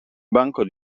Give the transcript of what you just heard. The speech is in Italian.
banco